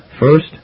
First